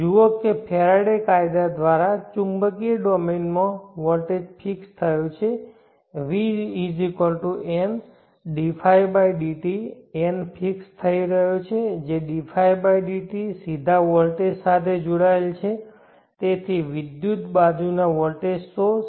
જુઓ કે ફેરાડે કાયદા દ્વારા ચુંબકીય ડોમેનમાં વોલ્ટેજ ફિક્સ થયો છે v N dϕ dt N fix થઈ રહ્યો છે dϕ dt સીધા વોલ્ટેજ સાથે જોડાયેલ છે તેથી વિદ્યુત બાજુના વોલ્ટેજ સોર્સ